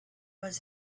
was